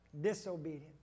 disobedient